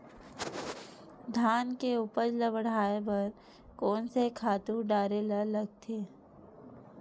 धान के उपज ल बढ़ाये बर कोन से खातु डारेल लगथे?